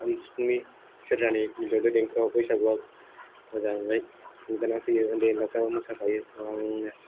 खाम सिफुंनि सेरजानि मिलौदो देंखोआव बैसागुआव मोजाङै खुंहोनो फैयो उन्दै ओनलाफ्राबो मोसाफायो